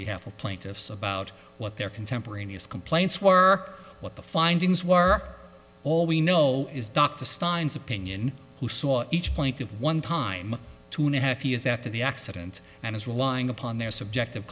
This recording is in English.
behalf of plaintiffs about what their contemporaneous complaints were what the findings were all we know is dr stan's opinion who saw each point of one time to now half years after the accident and is relying upon their subjective